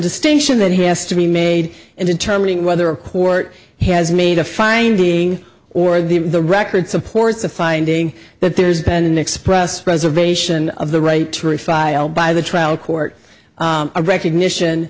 distinction that has to be made in determining whether a poor has made a finding or the the record supports a finding that there's been an express reservation of the right to refile by the trial court a recognition